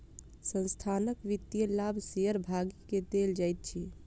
संस्थानक वित्तीय लाभ शेयर भागी के देल जाइत अछि